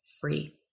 free